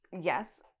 yes